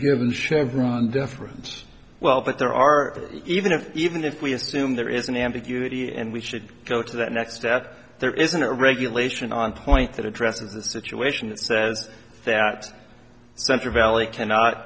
given chevron deference well but there are even if even if we assume there is an ambiguity and we should go to that next step there isn't a regulation on point that address of the situation that says that central valley cannot